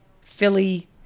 Philly